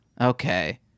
Okay